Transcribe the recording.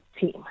team